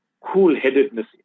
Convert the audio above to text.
cool-headedness